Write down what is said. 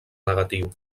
negatiu